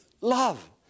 love